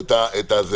אני אתן לך.